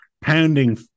pounding